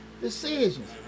decisions